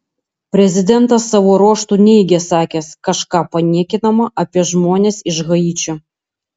prezidentas savo ruožtu neigė sakęs kažką paniekinama apie žmones iš haičio